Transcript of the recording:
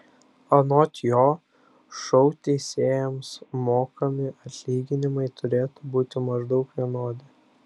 anot jo šou teisėjams mokami atlyginimai turėtų būti maždaug vienodi